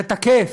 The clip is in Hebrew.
זה תקף.